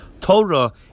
Torah